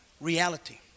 reality